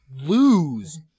lose